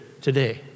today